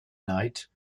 knight